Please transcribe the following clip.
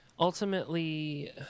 Ultimately